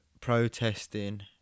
protesting